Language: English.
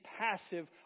passive